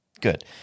Good